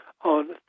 on